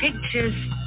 pictures